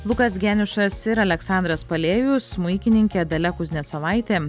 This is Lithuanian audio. lukas geniušas ir aleksandras palėjus smuikininkė dalia kuznecovaitė